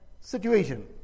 situation